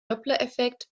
dopplereffekt